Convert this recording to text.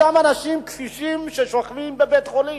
אותם אנשים קשישים ששוכבים בבית-חולים,